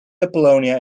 apollonia